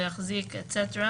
לא יחזיק אדם וכולי,